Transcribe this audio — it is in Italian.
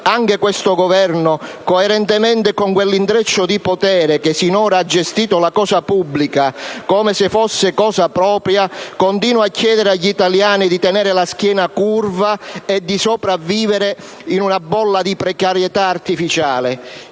anche questo Governo, coerentemente con quell'intreccio di potere che sinora ha gestito la cosa pubblica come se fosse cosa propria, continua a chiedere agli italiani di tenere la schiena curva e di sopravvivere in una bolla di precarietà artificiale,